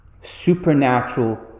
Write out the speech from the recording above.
Supernatural